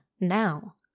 now